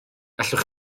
allwch